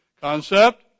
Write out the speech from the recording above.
concept